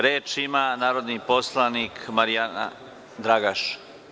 Reč ima narodni poslanik Mirjana Dragaš.